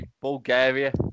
Bulgaria